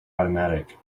automatic